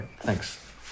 Thanks